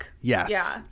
yes